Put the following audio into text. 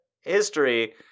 history